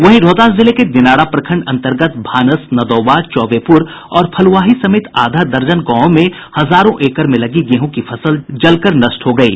वहीं रोहतास जिले के दिनारा प्रखंड अंतर्गत भानस नदौवा चौबेपूर और फलुआही समेत आधा दर्जन गांवों में हजारो एकड़ में लगी गेहूं की फसल जलकर नष्ट हो गयी